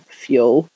fuel